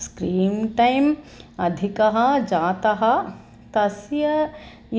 screen time अधिकः जातः तस्य